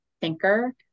thinker